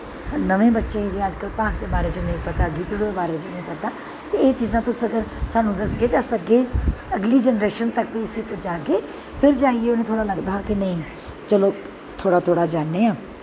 नमें बच्चें गी जि'यां अजकल्ल भाख दे बारे च नेईं पता गीतड़ू दे बारे च नेईं पता एह् चीज़ां तुस अगर सानूं दसगे ते अस अग्गें अगली जनरेशन तक बी इस्सी पजागे फिर जाइयै उ'नें गी थोह्ड़ा लगदा ही कि नेईं चलो थोह्ड़ा थोह्ड़ा जानन्ने आं